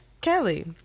Kelly